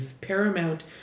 paramount